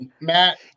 Matt